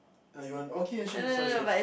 I you want okay ya sure sure sorry sorry